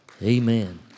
Amen